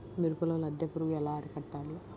మిరపలో లద్దె పురుగు ఎలా అరికట్టాలి?